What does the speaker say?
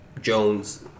Jones